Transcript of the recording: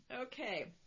okay